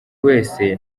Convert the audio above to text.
wese